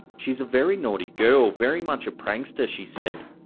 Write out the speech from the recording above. she's a very naughty girl, very much a prankster she said.